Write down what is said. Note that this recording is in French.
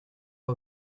pas